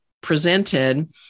presented